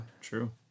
true